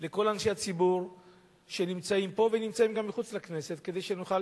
לכל אנשי הציבור שנמצאים פה ונמצאים גם מחוץ לכנסת כדי שנוכל